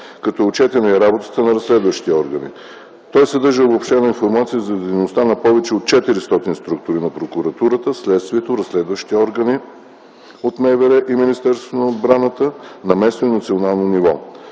като е отчетена и работата на разследващите органи. Той съдържа обобщена информация за дейността на повече от 400 структури на прокуратурата, следствието, разследващите органи от МВР и Министерство на отбраната